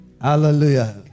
Hallelujah